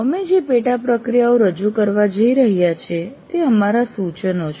અમે જે પેટા પ્રક્રિયાઓ રજૂ કરવા જઈ રહ્યા છીએ તે અમારા સૂચનો છે